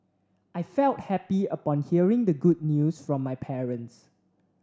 I felt happy upon hearing the good news from my parents